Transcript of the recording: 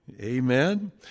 Amen